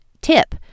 tip